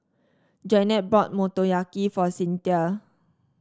Jannette bought Motoyaki for Cyntha